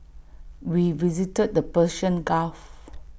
we visited the Persian gulf